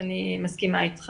אני מסכימה איתך